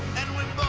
and when